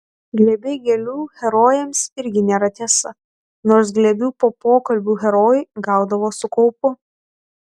glėbiai gėlių herojams irgi nėra tiesa nors glėbių po pokalbių herojai gaudavo su kaupu